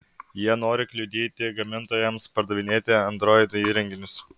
jie nori kliudyti gamintojams pardavinėti android įrenginius